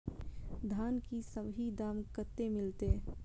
धान की सही दाम कते मिलते?